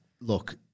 look